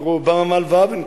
ורהבם עמל ואוון,